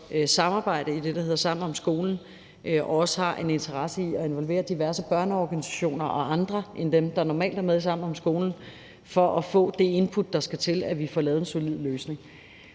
samarbejde i det, der hedder Sammen om skolen, og også har en interesse i at involvere diverse børneorganisationer og andre end dem, der normalt er med i Sammen om skolen, for at få det input, der skal til, så vi får lavet en solid løsning.